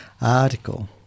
article